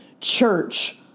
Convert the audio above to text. church